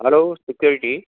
hello security